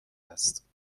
است